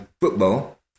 football